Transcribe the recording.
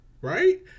right